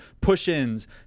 push-ins